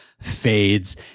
fades